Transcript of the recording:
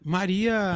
Maria